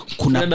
kuna